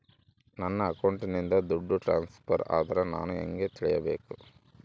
ನನ್ನ ಅಕೌಂಟಿಂದ ದುಡ್ಡು ಟ್ರಾನ್ಸ್ಫರ್ ಆದ್ರ ನಾನು ಹೆಂಗ ತಿಳಕಬೇಕು?